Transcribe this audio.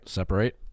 separate